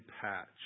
patch